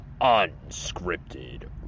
unscripted